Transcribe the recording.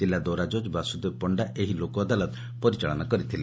ଜିଲ୍ଲା ଦୌରାଜଜ୍ ବାସୁଦେବ ପଶ୍ତା ଏହି ଲୋକ ଅଦାଲତ ପରିଚାଳନା କରିଥିଲେ